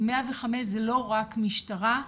כי 105 זה לא רק משטרה,